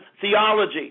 theology